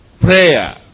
prayer